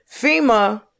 FEMA